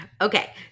Okay